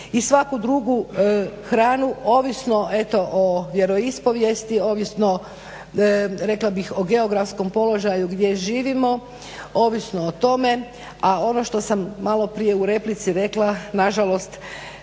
i svaku drugu hranu ovisno o vjeroispovijesti, ovisno rekla bih o geografskom položaju gdje živimo ovisno o tome, a ono što sam malo prije u replici rekla, nažalost